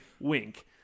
wink